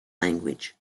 language